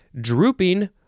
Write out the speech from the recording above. drooping